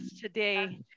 today